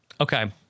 Okay